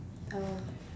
oh